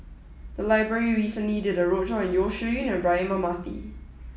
the library recently did a roadshow on Yeo Shih Yun and Braema Mathi